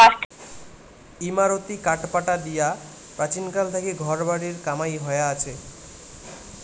ইমারতী কাঠপাটা দিয়া প্রাচীনকাল থাকি ঘর বাড়ির কামাই হয়া আচে